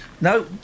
No